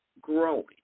growing